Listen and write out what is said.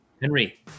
Henry